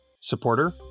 Supporter